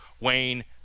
Wayne